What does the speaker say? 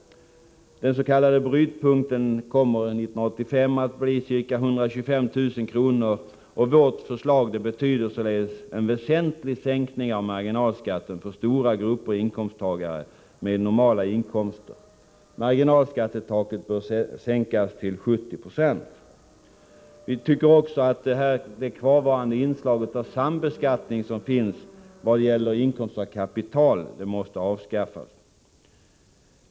Den s.k. brytpunkten kommer 1985 att bli ca 125 000 kr., och vårt förslag betyder således en väsentlig sänkning av marginalskatten för stora grupper inkomsttagare med normala inkomster. Marginalskattetaket bör sänkas till 70 96. Vi tycker också att det kvarvarande inslaget av sambeskattning vad gäller inkomst av kapital måste avskaffas.